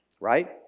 right